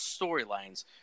storylines